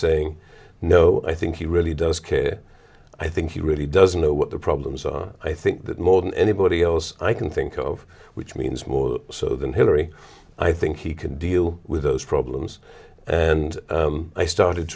saying no i think he really does care i think he really doesn't know what the problems are i think that more than anybody else i can think of which means more so than hillary i think he can deal with those problems and i started